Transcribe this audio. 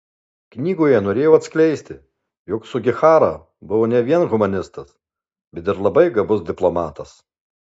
knygoje norėjau atskleisti jog sugihara buvo ne vien humanistas bet ir labai gabus diplomatas